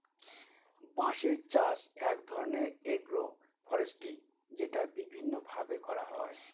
বাঁশের চাষ এক ধরনের এগ্রো ফরেষ্ট্রী যেটা বিভিন্ন ভাবে করা হয়